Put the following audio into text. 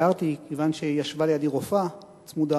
הערתי, כיוון שישבה לידי רופאה צמודה,